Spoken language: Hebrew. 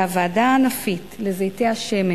הוועדה הענפית לזיתי השמן